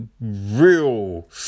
real